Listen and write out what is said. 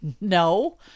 no